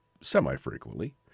semi-frequently